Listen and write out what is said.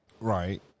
Right